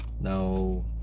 no